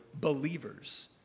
believers